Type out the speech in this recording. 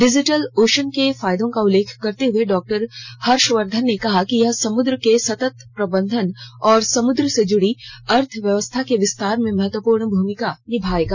digital ocean के फायदों का उल्लेख करते हुए डॉक्टर हर्षवर्धन ने कहा कि यह समुद्र के सतत प्रबंधन और समुद्र से जुड़ी अर्थव्यवस्था के विस्तार में महत्वपूर्ण भूमिका निभाएगा